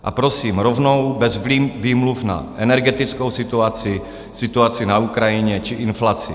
A prosím rovnou, bez výmluv na energetickou situaci, situaci na Ukrajině či inflaci.